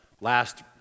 last